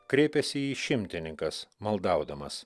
kreipėsi į jį šimtininkas maldaudamas